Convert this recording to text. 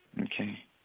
Okay